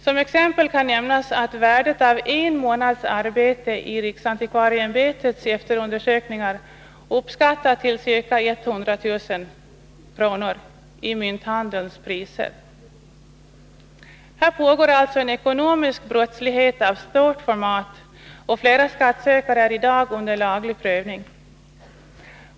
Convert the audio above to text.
Som exempel kan nämnas att värdet av en månads arbete i riksantikvarieämbetets efterundersökningar uppskattas till ca 100 000 kr. i mynthandelspriser. Här pågår alltså en ekonomisk brottslighet av stort format, och flera skattsökare är i dag ställda inför rätta.